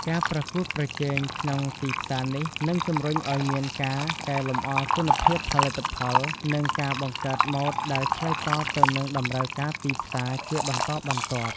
ការប្រកួតប្រជែងក្នុងទីផ្សារនេះ នឹងជម្រុញឲ្យមានការ កែលម្អគុណភាពផលិតផល និង ការបង្កើតម៉ូដដែលឆ្លើយតបទៅនឹងតម្រូវការទីផ្សារ ជាបន្តបន្ទាប់។